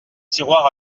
tiroir